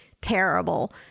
terrible